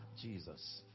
jesus